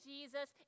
Jesus